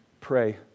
pray